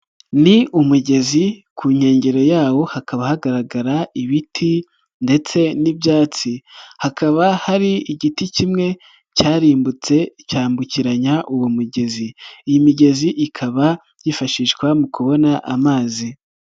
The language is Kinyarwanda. Ni umugezi ku nkengero yawo hakaba hagaragara ibiti ndetse n'ibyatsi, hakaba hari igiti kimwe cyarimbutse cyambukiranya uwo mugezi, iyi migezi ikaba yifashishwa mu kubona amazi.